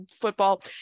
football